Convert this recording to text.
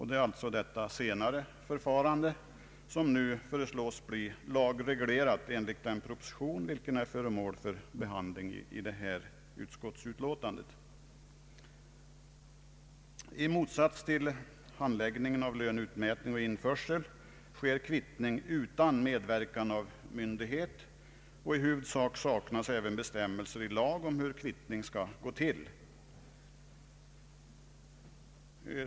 Det är detta senare förfarande som nu föreslås bli lagreglerat enligt den proposition vilken är föremål för behandling i detta utskottsutlåtande. I motsats till handläggningen av löneutmätning och införsel sker kvittning utan medverkan av myndighet. I huvudsak saknas även bestämmelser i lag om hur kvittning skall gå till.